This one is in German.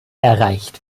erreicht